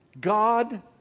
God